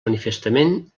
manifestament